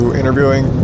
interviewing